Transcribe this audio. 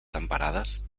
temperades